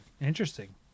interesting